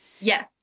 Yes